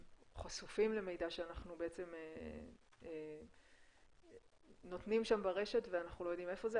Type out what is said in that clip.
חשופים למידע שאנחנו בעצם נותנים שם ברשת ואנחנו לא יודעים איפה זה,